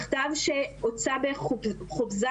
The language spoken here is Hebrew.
מכתב שהוצא בחופזה,